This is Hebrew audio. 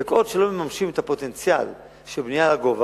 וכל עוד לא מממשים את הפוטנציאל של בנייה לגובה,